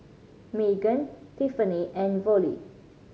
Meaghan Tiffani and Vollie